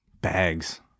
bags